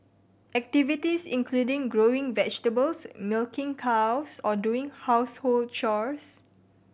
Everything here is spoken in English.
activities include growing vegetables milking cows or doing household chores